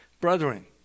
Brethren